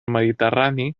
mediterrani